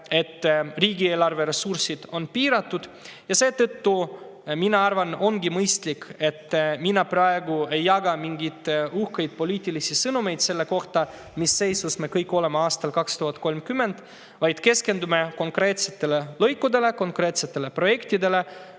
et riigieelarve ressursid on piiratud. Seetõttu ma arvan, et ongi mõistlik, et ma ei jaga praegu mingeid uhkeid poliitilisi sõnumeid selle kohta, mis seisus me kõik aastal 2030 oleme, vaid keskendun konkreetsetele lõikudele, konkreetsetele projektidele.